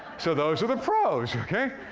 so those are the pros.